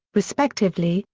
respectively,